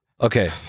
Okay